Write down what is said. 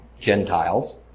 Gentiles